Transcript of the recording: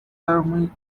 army